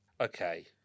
Okay